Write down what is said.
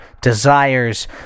desires